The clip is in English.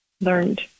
learned